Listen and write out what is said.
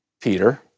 Peter